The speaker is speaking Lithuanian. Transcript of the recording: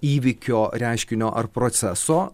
įvykio reiškinio ar proceso